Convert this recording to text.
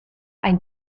ein